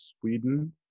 Sweden